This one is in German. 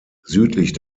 südlich